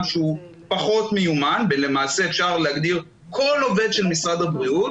שהוא פחות מיומן ולמעשה אפשר להגדיר כל עובד של משרד הבריאות.